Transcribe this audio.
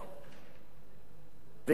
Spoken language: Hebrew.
וגם קובעת הוראת מעבר